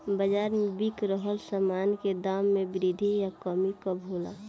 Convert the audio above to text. बाज़ार में बिक रहल सामान के दाम में वृद्धि या कमी कब होला?